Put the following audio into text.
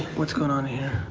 what's goin' on here?